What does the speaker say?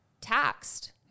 taxed